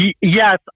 Yes